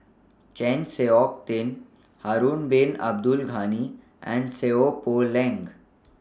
Chng Seok Tin Harun Bin Abdul Ghani and Seow Poh Leng